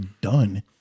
done